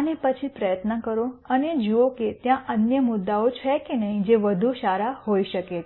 અને પછી પ્રયત્ન કરો અને જુઓ કે ત્યાં અન્ય મુદ્દાઓ છે કે નહીં છે જે વધુ સારા હોઈ શકે છે